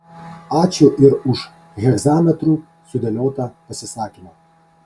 ačiū ir už hegzametru sudėliotą pasisakymą